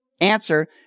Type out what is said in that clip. answer